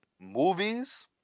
movies